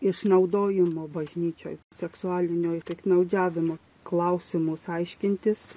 išnaudojimo bažnyčioj seksualinio piktnaudžiavimo klausimus aiškintis